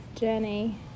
journey